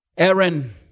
Aaron